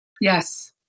yes